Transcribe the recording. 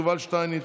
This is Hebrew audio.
יובל שטייניץ,